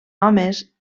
homes